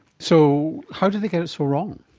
so how did they get it so wrong?